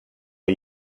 der